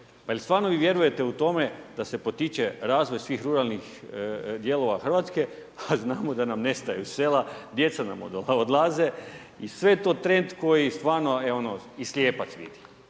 stvarno vi vjerujete u tome da se potiče razvoj svih ruralnih dijelova RH, a znamo da nam nestaju sela, djeca nam odlaze i sve je to trend koji stvarno i slijepac vidi.